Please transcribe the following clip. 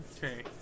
Okay